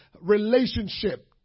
relationship